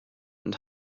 and